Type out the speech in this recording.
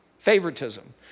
Favoritism